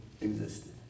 existed